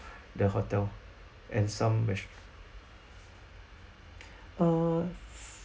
the hotel and some rest~ uh